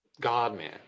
God-man